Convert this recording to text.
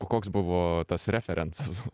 o koks buvo tas referencas